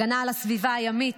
הגנה על הסביבה הימית.